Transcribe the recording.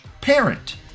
parent